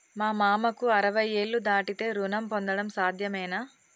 మా మామకు అరవై ఏళ్లు దాటితే రుణం పొందడం సాధ్యమేనా?